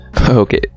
Okay